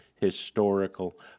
historical